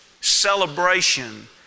celebration